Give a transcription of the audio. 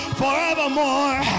forevermore